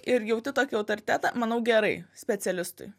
ir jauti tokį autoritetą manau gerai specialistui